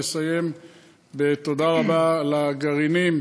לסיים בתודה רבה לגרעינים,